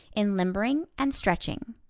in limbering and stretching.